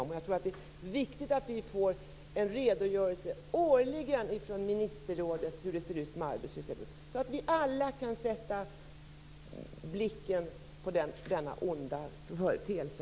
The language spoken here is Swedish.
Jag tror att det är viktigt att vi årligen får en redogörelse från ministerrådet om hur det ser ut med arbetslösheten, så att vi alla kan fästa blicken på denna onda företeelse.